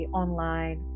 online